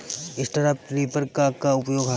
Straw reaper क का उपयोग ह?